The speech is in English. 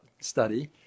study